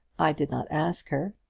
i did not ask her.